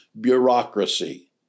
bureaucracy